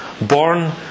born